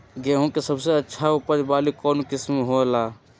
गेंहू के सबसे अच्छा उपज वाली कौन किस्म हो ला?